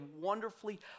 wonderfully